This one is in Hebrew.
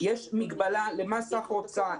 יש מגבלה לסך ההוצאה.